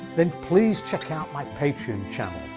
then please check out my patreon channel,